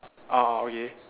orh orh okay